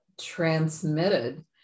transmitted